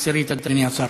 העשירית, אדוני השר.